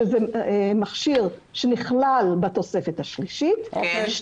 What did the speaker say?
שזה מכשיר שנכלל בתוספת השלישית, 2)